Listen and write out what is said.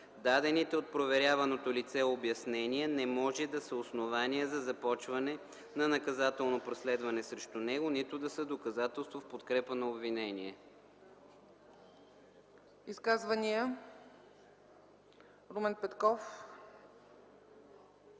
Дадените от проверяваното лице обяснения не може да са основание за започване на наказателно преследване срещу него, нито да са доказателство в подкрепа на обвинение.”